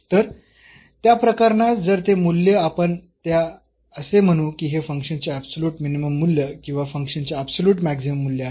तर त्या प्रकरणात जर ते मूल्य आपण त्या असे म्हणू की हे फंक्शनचे ऍबसोल्युट मिनिमम मूल्य किंवा फंक्शनचे ऍबसोल्युट मॅक्सिमम मूल्य आहे